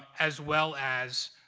as well as